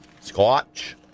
Scotch